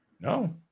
no